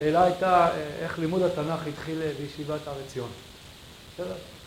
‫השאלה הייתה איך לימוד התנ״ך ‫התחיל בישיבת הרציון.